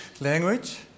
language